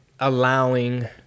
Allowing